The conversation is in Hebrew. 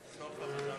העלייה,